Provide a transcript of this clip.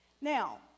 Now